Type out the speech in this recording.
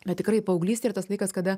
bet tikrai paauglystė yra tas laikas kada